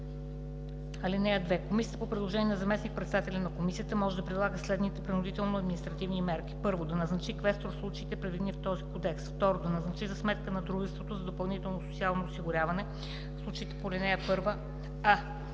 „(2) Комисията по предложение на заместник-председателя на Комисията може да прилага следните принудителни административни мерки: 1. да назначи квестор в случаите, предвидени в този Кодекс; 2. да назначи за сметка на дружеството за допълнително социално осигуряване в случаите по ал. 1: а)